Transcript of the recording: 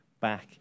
back